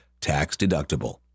tax-deductible